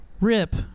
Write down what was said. rip